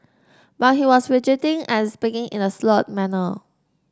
but he was fidgeting and speaking in a slurred manner